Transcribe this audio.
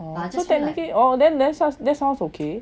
then technically that sounds okay